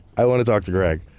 i want to talk to greg.